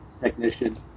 technician